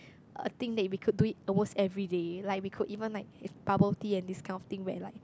a thing that we could do it almost everyday like we could even like if bubble tea and this kind of where like